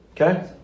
Okay